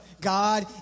God